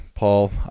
Paul